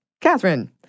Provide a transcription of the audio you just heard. Catherine